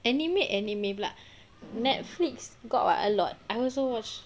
anime anime pula netflix got what a lot I also watch